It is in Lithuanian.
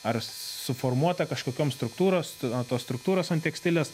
ar suformuota kažkokiom struktūros tos struktūros ant tekstilės